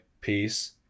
peace